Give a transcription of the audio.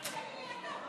התשע"ז 2017,